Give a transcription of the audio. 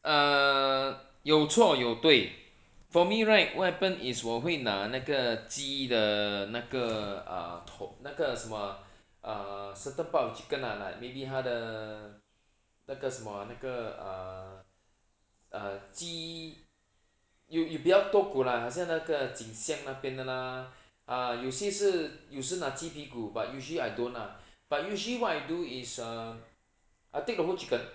err 有错有对 for me right what happen is 我会拿那个鸡的那个 err 头那个什么啊 err certain part of chicken lah maybe 它的那个那个什么啊那个 err err 鸡有有比较多骨的啦好像那个颈项那边的啦 ah 有些事有时拿鸡屁股 but usually I don't lah but usually what I do is um I take the whole chicken